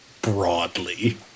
Broadly